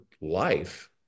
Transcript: life